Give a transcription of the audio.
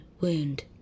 wound